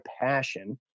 passion